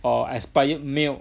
or expired milk